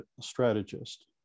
strategist